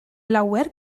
lawer